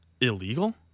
illegal